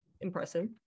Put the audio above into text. impressive